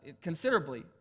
considerably